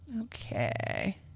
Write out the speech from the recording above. Okay